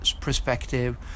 perspective